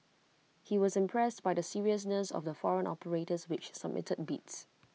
he was impressed by the seriousness of the foreign operators which submitted bids